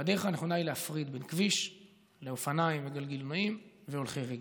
והדרך הנכונה היא להפריד בין כביש לאופניים וגלגינועים לבין הולכי רגל.